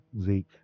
Zeke